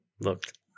looked